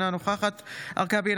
אינה נוכחת מטי צרפתי הרכבי,